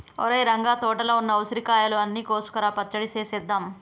ఒరేయ్ రంగ తోటలో ఉన్న ఉసిరికాయలు అన్ని కోసుకురా పచ్చడి సేసేద్దాం